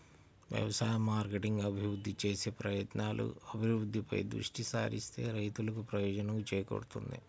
వ్యవసాయ మార్కెటింగ్ అభివృద్ధి చేసే ప్రయత్నాలు, అభివృద్ధిపై దృష్టి సారిస్తే రైతులకు ప్రయోజనం చేకూరుతుంది